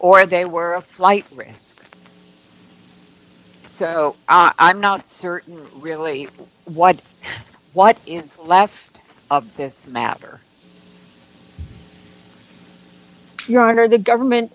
or they were a flight risk so i'm not certain really what what is left of this matter your honor the government